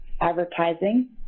advertising